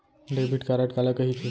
Debit card काला कहिथे?